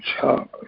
charge